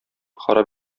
харап